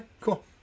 Cool